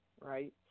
Right